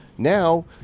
Now